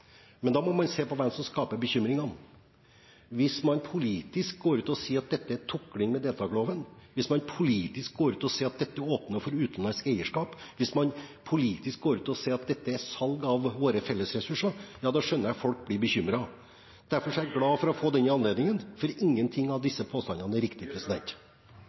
Men da må man se på hvem som skaper bekymringene. Hvis man politisk går ut og sier at dette er tukling med deltakerloven, hvis man politisk går ut og sier at dette åpner opp for utenlandsk eierskap, hvis man politisk går ut og sier at dette er salg av våre felles ressurser, da skjønner jeg at folk blir bekymret. Derfor er jeg glad for å få denne anledningen, for ingen av disse påstandene er